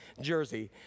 jersey